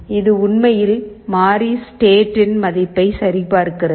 இது உண்மையில் மாறி "ஸ்டேட்" "state" இன் மதிப்பை சரிபார்க்கிறது